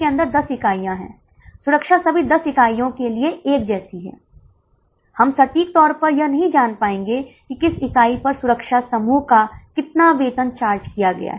अब C भाग अब शायद छात्रों की कुछ शिकायतें हो सकती है कि वे 500 रुपये का भुगतान नहीं करना चाहते हैं